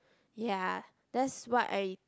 ya that's what I